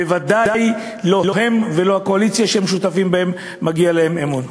בוודאי לא הם ולא הקואליציה שהם שותפים בה מגיע להם אמון.